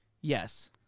yes